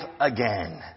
again